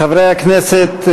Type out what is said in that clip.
חברי הכנסת,